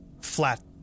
flat